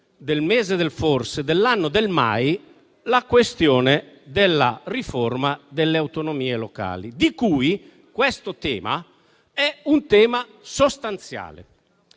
al mese del forse e all'anno del mai, la questione della riforma delle autonomie locali, di cui questo tema è sostanziale.